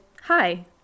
hi